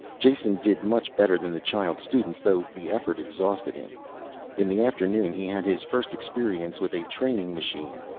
jason did much better than the child students, though the effort exhausted him in the afternoon he had his first experience with a training machine.